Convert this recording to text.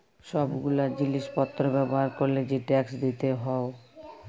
সব গুলা জিলিস পত্র ব্যবহার ক্যরলে যে ট্যাক্স দিতে হউ